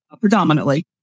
predominantly